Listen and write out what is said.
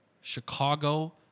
Chicago